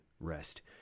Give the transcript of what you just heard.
rest